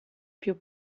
più